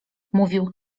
mówił